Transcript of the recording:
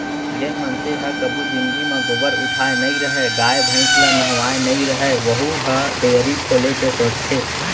जेन मनसे ह कभू जिनगी म गोबर उठाए नइ रहय, गाय भईंस ल नहवाए नइ रहय वहूँ ह डेयरी खोले के सोचथे